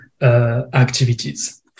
activities